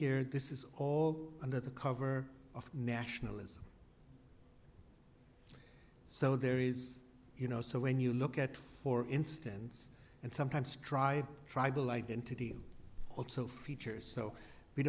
here this is all under the cover of nationalism so there is you know so when you look at for instance and sometimes tribal tribal identity also features so we